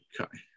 Okay